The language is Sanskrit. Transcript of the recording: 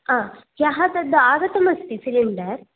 आ ह्यः यद् आगतम् अस्ति सिलिंडर्